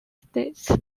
states